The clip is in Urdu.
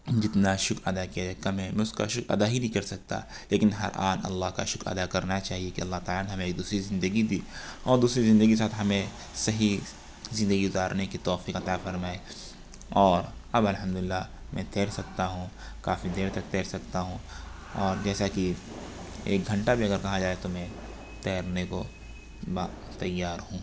جتنا شکر ادا کیا جائے کم ہے میں اس کا شکر ادا ہی نہیں کر سکتا لیکن ہر آن اللہ کا شکر ادا کرنا چاہیے کہ اللہ تعالیٰ نے ہمیں ایک دوسری زندگی دی اور دوسری زندگی کے ساتھ ہمیں صحیح زندگی گزارنے کی توفیق عطا فرمائے اور اب الحمد للہ میں تیر سکتا ہوں کافی دیر تک تیر سکتا ہوں اور جیسا کہ ایک گھنٹہ بھی اگر کہا جائے تو میں تیرنے کو تیار ہوں